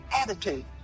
attitude